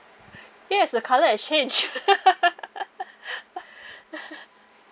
yes the colour has changed